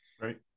Right